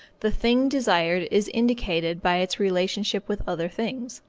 the thing desired is indicated by its relationship with other things.